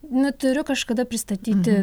nu turiu kažkada pristatyti